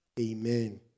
amen